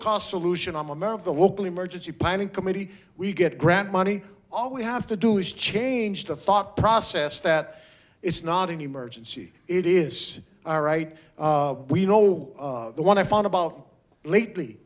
cost solution i'm a member of the local emergency planning committee we get grant money all we have to do is change the thought process that it's not an emergency it is all right we don't know what i found about lately